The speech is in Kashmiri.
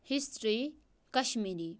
ہِسٹرٛی کَشمیٖری